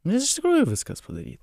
nu ir iš tikrųjų viskas padaryt